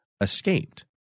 escaped